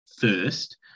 first